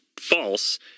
false